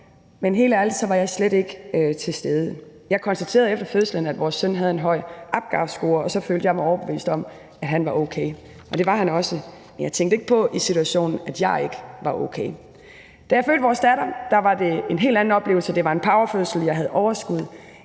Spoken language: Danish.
men helt ærligt var jeg slet ikke til stede. Jeg konstaterede efter fødslen, at vores søn havde en høj APGAR-score, og så følte jeg mig overbevist om, at han var okay, og det var han også, men jeg tænkte ikke på i situationen, at jeg ikke var okay. Da jeg fødte vores datter, var det en helt anden oplevelse. Det var en powerfødsel. Jeg havde overskud.